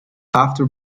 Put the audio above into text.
after